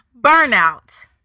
burnout